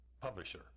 Publisher